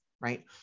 right